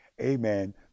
amen